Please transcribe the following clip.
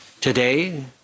Today